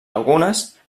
algunes